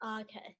okay